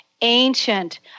ancient